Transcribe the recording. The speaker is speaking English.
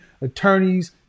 attorneys